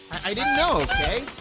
i didn't know okay?